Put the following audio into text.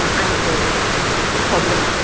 and ankle problem.